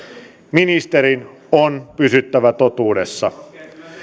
ministerin on pysyttävä totuudessa